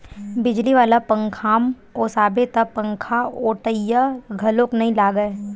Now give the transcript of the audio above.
बिजली वाला पंखाम ओसाबे त पंखाओटइया घलोक नइ लागय